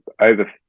over